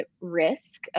risk